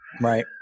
Right